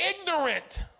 ignorant